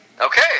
Okay